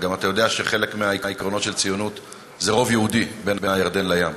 וגם אתה יודע שחלק מהעקרונות של ציונות זה רוב יהודי בין הירדן לים.